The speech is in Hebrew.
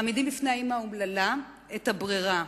מעמידים בפני האמא האומללה את הברירה: